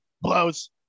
Blows